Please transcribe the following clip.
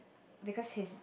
because his